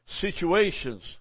situations